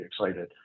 excited